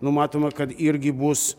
numatoma kad irgi bus